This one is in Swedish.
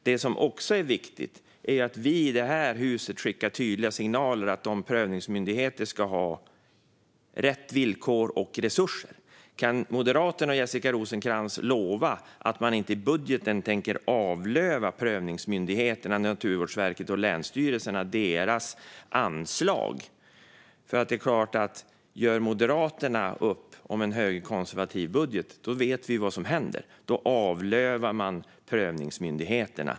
Det som också är viktigt är att vi i det här huset skickar tydliga signaler om att prövningsmyndigheterna ska ha rätt villkor och resurser. Kan Moderaterna och Jessica Rosencrantz lova att man inte i budgeten tänker avlöva prövningsmyndigheterna Naturvårdsverket och länsstyrelserna deras anslag? Gör Moderaterna upp om en högerkonservativ budget vet vi vad som händer. Då avlövar man prövningsmyndigheterna.